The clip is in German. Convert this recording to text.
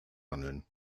handeln